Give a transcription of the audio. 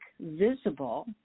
visible